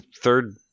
third